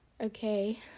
Okay